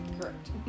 Correct